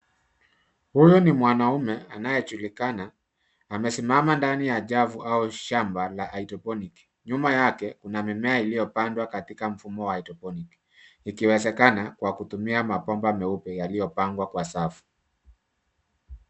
Huyu ni mwanaume anayejulikana. Amesimama ndani ya javu au shamba ya haidroponiki .Nyuma yake kuna mimea iliyopandwa katika mfumo wa haidroponiki. Ikiwezekana kwa kutumia mabomba meupe yaliyopangwa kwa safu.